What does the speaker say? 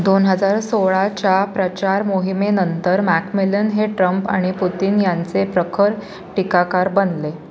दोन हजार सोळाच्या प्रचार मोहिमेनंतर मॅकमीलन हे ट्रम्प आणि पुतिन यांचे प्रखर टीकाकार बनले